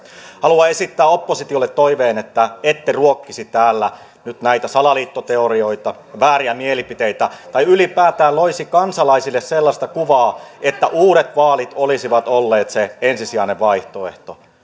haluan esittää oppositiolle toiveen että ette ruokkisi täällä nyt näitä salaliittoteorioita ja vääriä mielipiteitä tai ylipäätään loisi kansalaisille sellaista kuvaa että uudet vaalit olisivat olleet se ensisijainen vaihtoehto